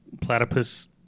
platypus